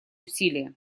усилия